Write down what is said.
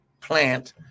plant